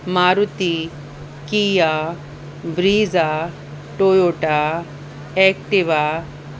Maruti Kia Brezza Toyota Activa